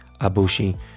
abushi